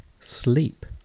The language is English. sleep